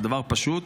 זה דבר פשוט,